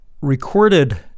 recorded